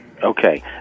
Okay